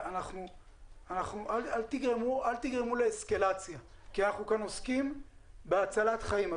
אל תגרמו לאסקלציה כי אנחנו עוסקים כאן בהצלת חיים.